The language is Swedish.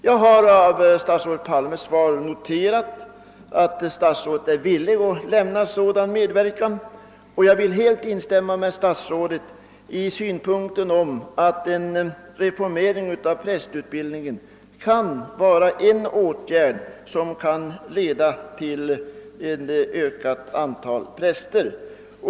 Jag har av statsrådet Palmes svar noterat att statsrådet är villig att lämna sådan medverkan, och jag vill helt instämma med statsrådet i synpunkten att en reformering av prästutbildningen kan vara en åtgärd som kan leda till ett ökat antal präster.